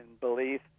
belief